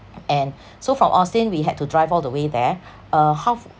and so from austin we had to drive all the way there uh half